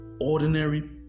ordinary